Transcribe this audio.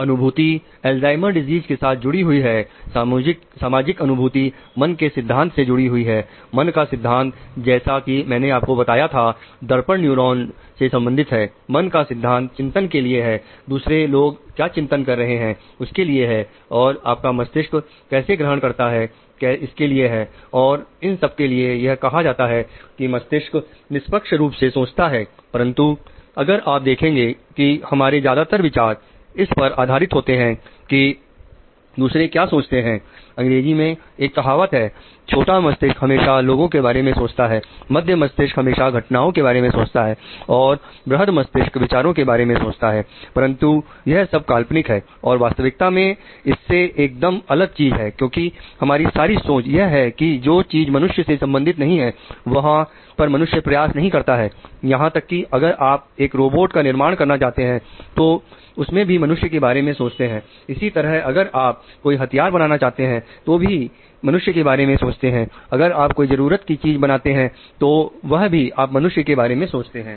अनुभूति Alzheimer disease का निर्माण करना चाहते हैं तो उसमें भी मनुष्य के बारे में सोचते हैं इसी तरह अगर आप कोई हथियार बनाना चाहते हैं तो भी मनुष्य के बारे में सोचते हैं अगर आप कोई जरूरत की चीज बनाते हैं तो वह भी आप मनुष्य के बारे में सोचते हैं